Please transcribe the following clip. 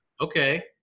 okay